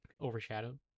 overshadowed